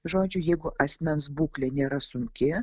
žodžiu jeigu asmens būklė nėra sunki